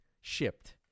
shipped